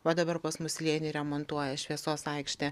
va dabar pas mus slėny remontuoja šviesos aikštę